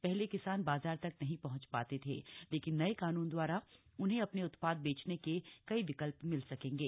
पहले किसान बाजार तक नहीं पहुंच पाते थे लेकिन नये कानून द्वारा उन्हें अपने उत्पाद बेचने के कई विकल्प मिल सकेंगे